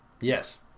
Yes